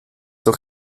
doch